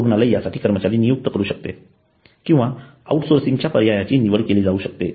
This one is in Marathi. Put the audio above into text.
रुग्णालय यासाठी कर्मचारी नियुक्त करू शकते किंवा आउटसोर्सिंग च्या पर्यायाची निवड करू शकते